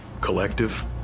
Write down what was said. collective